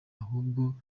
ahubwo